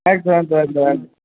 একদম একদম একদম একদম